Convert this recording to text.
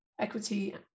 equity